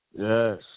Yes